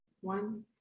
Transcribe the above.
one